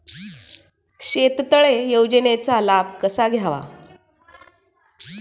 शेततळे योजनेचा लाभ कसा घ्यावा?